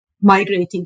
migrating